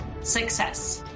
success